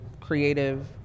creative